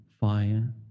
fire